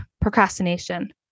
procrastination